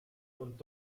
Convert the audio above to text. und